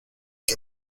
que